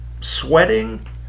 sweating